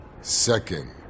Second